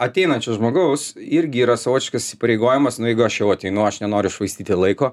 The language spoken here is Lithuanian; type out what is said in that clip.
ateinančio žmogaus irgi yra savotiškas įsipareigojimas jeigu aš jau ateinu aš nenoriu švaistyti laiko